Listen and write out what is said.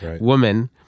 woman